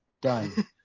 Done